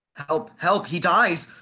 help, help, he dies!